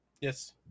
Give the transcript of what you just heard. Yes